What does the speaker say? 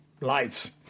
lights